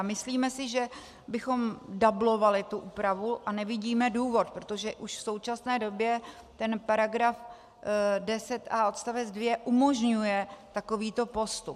Myslíme si, že bychom dublovali tu úpravu, a nevidíme důvod, protože už v současné době § 10a odst. 2 umožňuje takovýto postup.